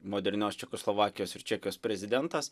modernios čekoslovakijos ir čekijos prezidentas